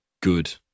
good